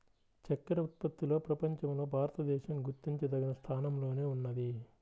చక్కర ఉత్పత్తిలో ప్రపంచంలో భారతదేశం గుర్తించదగిన స్థానంలోనే ఉన్నది